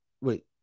Wait